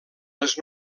les